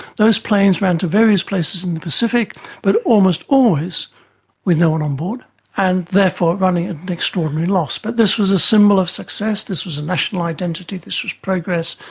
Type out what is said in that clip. those planes ran to various places in the pacific but almost always with no one on board and therefore running at an extraordinary loss. but this was a symbol of success, this was a national identity, this was progress,